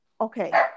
okay